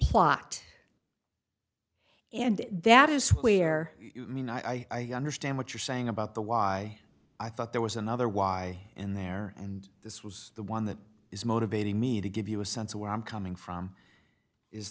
plot and that is where i mean i understand what you're saying about the why i thought there was another y in there and this was the one that is motivating me to give you a sense of where i'm coming from is